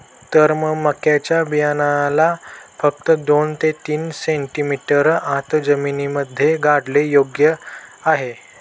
तर मग मक्याच्या बियाण्याला फक्त दोन ते तीन सेंटीमीटर आत जमिनीमध्ये गाडने योग्य आहे